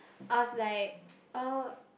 I was like oh